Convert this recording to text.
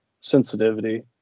sensitivity